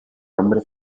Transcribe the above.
nombre